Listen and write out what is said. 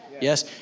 Yes